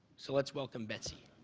so let's welcome betsy.